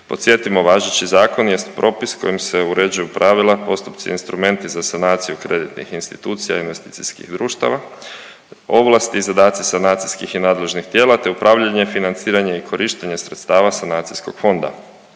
Podsjetimo, važeći zakon jest propis kojim se uređuju pravila, postupci, instrumenti za sanaciju kreditnih institucija i investicijskih društava, ovlasti i zadaci sanacijskih i nadležnih tijela te upravljanje, financiranje i korištenje sredstava sanacijskog fonda.